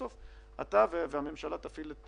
בסוף אתה, עם הממשלה, תפעיל את